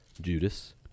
Judas